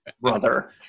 brother